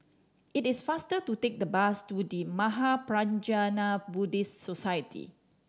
it is faster to take the bus to The Mahaprajna Buddhist Society